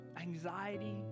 anxiety